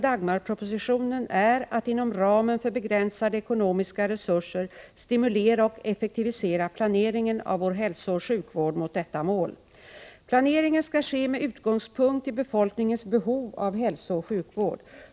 Dagmarpropositionen är att inom ramen för begränsade ekonomiska resurser stimulera och effektivisera planeringen av vår hälsooch sjukvård mot detta mål. Planeringen skall ske med utgångspunkt i befolkningens behov av hälsooch sjukvård.